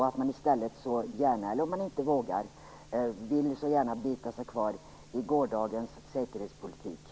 I stället biter de sig kvar i gårdagens säkerhetspolitik.